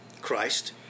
Christ